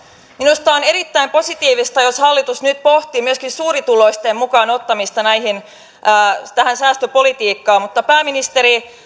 minusta on erittäin positiivista jos hallitus nyt pohtii myöskin suurituloisten mukaan ottamista tähän säästöpolitiikkaan mutta pääministeri